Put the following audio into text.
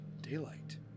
daylight